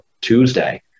Tuesday